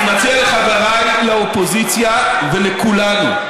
אני מציע לחבריי לאופוזיציה ולכולנו,